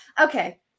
Okay